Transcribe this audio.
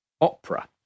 opera